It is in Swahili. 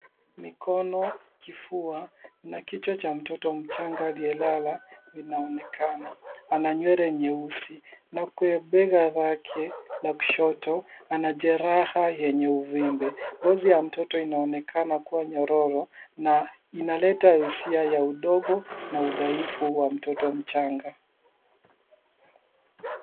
Mikono, kifua na kichwa cha mtoto mchanga aliyelala, vinaonekana. Ana nywele nyeusi na kwa bega lake la kushoto, ana jeraha yenye uvimbe. Ngozi ya mtoto inaonekana kuwa nyororo na inaleta hisia ya udogo na udhaifu wa mtoto mchanga.